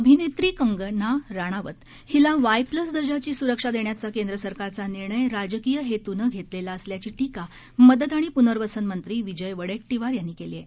अभिनेत्री कंगना रानौत हिला Y plus दर्जाची सुरक्षा देण्याचा केंद्र सरकारचा निर्णय राजकीय हेतुने घेतलेला असल्याची टीका मदत आणि प्ननर्वसन मंत्री विजय वडेट्टीवार यांनी केली आहे